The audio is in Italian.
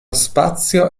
spazio